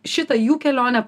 šitą jų kelionę